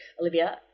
Olivia